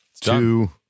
two